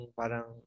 parang